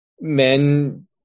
men